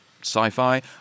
sci-fi